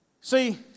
See